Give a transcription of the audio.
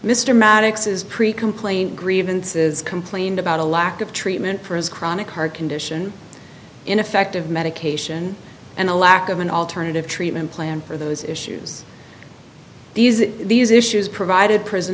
maddox's pretty complete grievances complained about a lack of treatment for his chronic heart condition ineffective medication and a lack of an alternative treatment plan for those issues these are these issues provided prison